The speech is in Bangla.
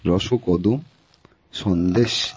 রস কদম্ব সন্দেশ